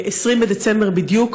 20 בדצמבר בדיוק,